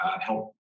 help